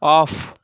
off